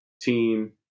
team